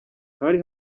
hari